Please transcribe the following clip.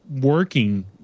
working